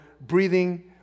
breathing